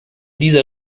dieser